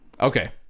Okay